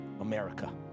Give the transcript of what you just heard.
America